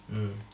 um